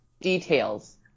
details